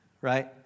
right